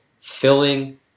filling